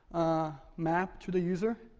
ah, map to the user.